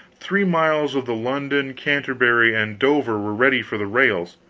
three miles of the london, canterbury and dover were ready for the rails,